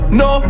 no